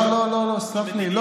לא לא לא, סלח לי.